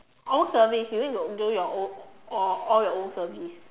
own service you need to do your old all your own service